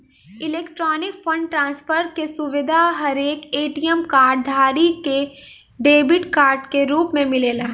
electronic fund transfer के सुविधा हरेक ए.टी.एम कार्ड धारी के डेबिट कार्ड के रूप में मिलेला